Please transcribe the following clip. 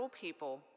people